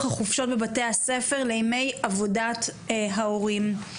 חופשות בתי הספר לימי עבודת ההורים.